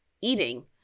eating